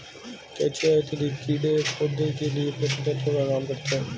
केचुआ इत्यादि कीड़े पौधे के लिए पोषक तत्व का काम करते हैं